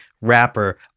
rapper